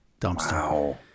Dumpster